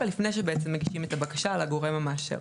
לפני שבעצם מגישים את הבקשה לגורם המאשר.